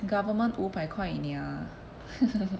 government 五百块 nia